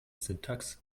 syntax